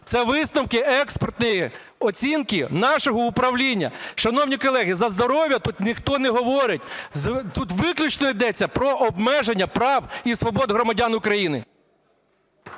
Це висновки експертної оцінки нашого управління. Шановні колеги, за здоров'я тут ніхто не говорить, тут виключно йдеться про обмеження прав і свобод громадян України.